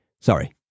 Sorry